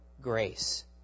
Grace